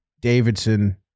Davidson